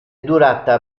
durata